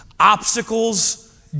obstacles